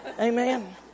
Amen